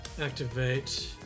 activate